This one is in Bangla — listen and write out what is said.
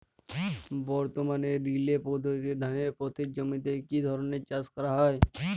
বর্তমানে রিলে পদ্ধতিতে ধানের পতিত জমিতে কী ধরনের চাষ করা হয়?